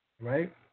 Right